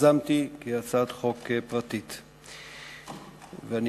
לקריאה השנייה והקריאה השלישית.